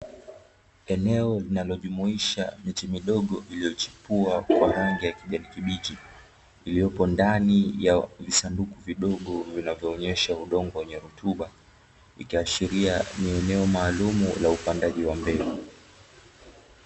Eneo linalojumuisha miti midogo iliyochipua kwa rangi ya kijani kibichi, iliyopo ndani ya visanduku vidogo vinavyoonesha udongo wenye rutuba, ikiashiria ni eneo maalumu la upandaji wa mbegu.